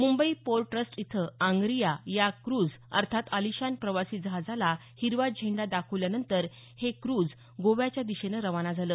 Mumbai port trust इथं आंग्रीया या cruise अर्थात आलिशान प्रवासी जहाजाला हिरवा झेंडा दाखवल्यावनंतर हे क्रूझ गोव्याच्या दिशेनं रवाना झालं